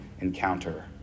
encounter